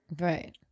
Right